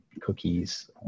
cookies